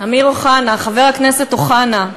אמיר אוחנה, חבר הכנסת אוחנה,